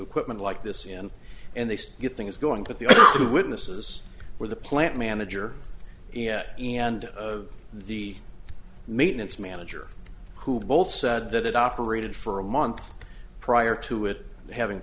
equipment like this in and they get things going but the witnesses were the plant manager and the maintenance manager who both said that it operated for a month prior to it having